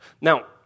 Now